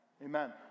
Amen